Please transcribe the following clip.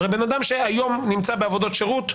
הרי בן אדם שהיום נמצא בעבודות שירות,